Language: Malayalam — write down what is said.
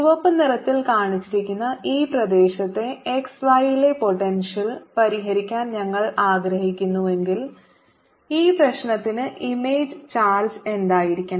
ചുവപ്പ് നിറത്തിൽ കാണിച്ചിരിക്കുന്ന ഈ പ്രദേശത്തെ x y ലെ പൊട്ടെൻഷ്യൽ പരിഹരിക്കാൻ ഞാൻ ആഗ്രഹിക്കുന്നുവെങ്കിൽ ഈ പ്രശ്നത്തിന് ഇമേജ് ചാർജ് എന്തായിരിക്കണം